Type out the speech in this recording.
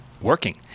working